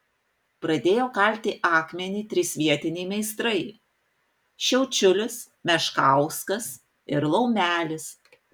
pradėjo kalti akmenį trys vietiniai meistrai šiaučiulis meškauskas ir laumelis